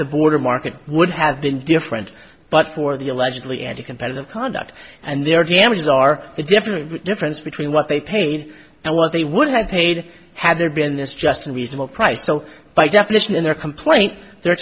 the border market would have been different but for the allegedly had a competitive conduct and their damages are the difference difference between what they paid and what they would have paid have there been this just a reasonable price so by definition in their complaint they're